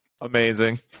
Amazing